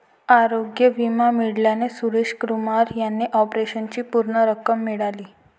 आरोग्य विमा मिळाल्याने सुरेश कुमार यांना ऑपरेशनची पूर्ण रक्कम मिळाली